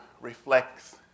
reflects